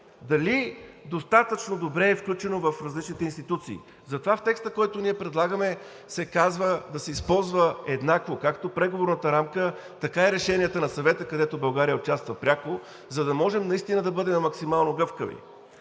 дали достатъчно добре е включено в различните институции?! Затова в текста, който ние предлагаме, се казва да се използва еднакво както преговорната рамка, така и решенията на Съвета, където България участва пряко, за да можем наистина да бъдем максимално гъвкави.